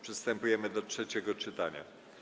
Przystępujemy do trzeciego czytania.